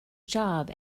job